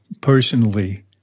personally